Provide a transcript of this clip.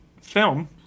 film